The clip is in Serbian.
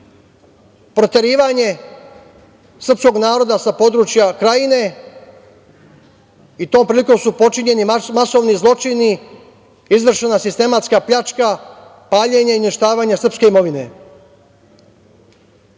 proterivanje srpskog naroda sa područja Krajine, i tom prilikom su počinjeni masovni zločini, izvršena sistematska pljačka, paljenje i uništavanje srpske imovine. Kako